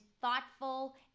thoughtful